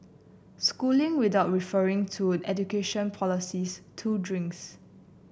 schooling without referring to education policies two drinks